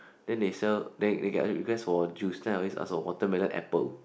then they sell then they they can either request for juice then I always ask for watermelon apple